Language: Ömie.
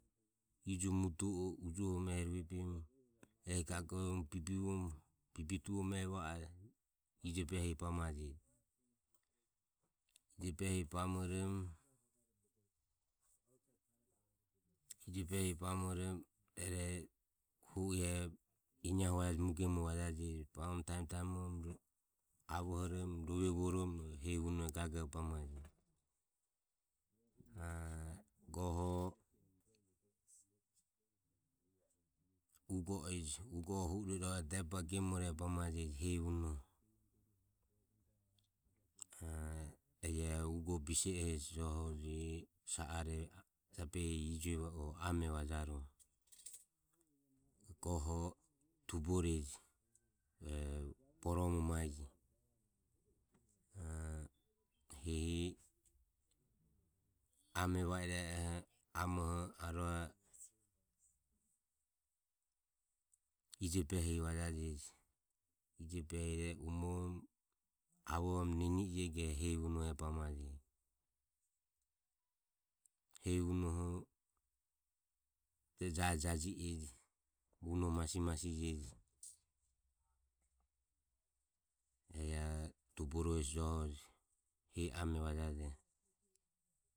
Ijo mudu o ujohoromo ehi gagovoromo bibivoromo bibituvoromo ehi va ajo ijo behire bamajeji. Ijo behire bamoromo rueroho hu o ae ineahu vajaje ehi mue gemoho vajaje bamoromo taemo taemovoromo avohoromo rove vuoromo hehi unoho gagore bamajeji. A goho ugo o e je. ugo oho hu o rue irohoho gemore bamajeji a e ae ugo bise e hesi jabehi joho je sa are ijue o ame vajarue. Goho tuboreje eho boromo mae je a hehi ame va i e e oho arue ijo behire vajajeji. ijo behire e umoromo avohoromo neni e jio ego hehi unoho e bamajeji. Hehi unoho jajijaji e je unoho masijeji e ae tuboro hesi joho je hehi ame vajajoho.